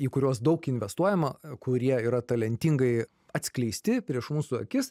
į kuriuos daug investuojama kurie yra talentingai atskleisti prieš mūsų akis